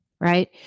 right